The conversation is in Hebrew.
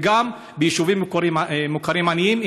וגם ביישובים מוכרים עניים,